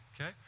Okay